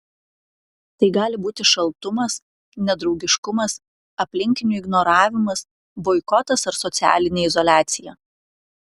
tai gali būti šaltumas nedraugiškumas aplinkinių ignoravimas boikotas ar socialinė izoliacija